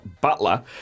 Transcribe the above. Butler